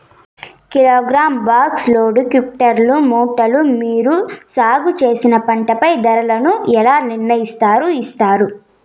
Kilogram, box, load, quintal, మూటలు మీరు సాగు చేసిన పంటపై ధరలను ఎలా నిర్ణయిస్తారు యిస్తారు?